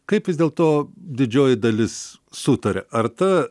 kaip vis dėlto didžioji dalis sutaria ar ta